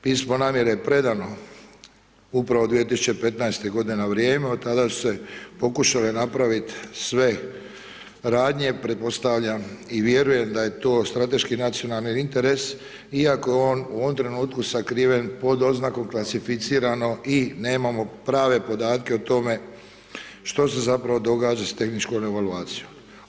Pismo namjere je predano upravo 2015. godine na vrijeme, od tada su se pokušale napravit sve radnje pretpostavljam i vjerujem da je to strateški nacionalni interes iako je on u ovom trenutku sakriven pod oznakom klasificirano i nemamo prave podatke o tome što se zapravo događa s tehničkom evaluacijom.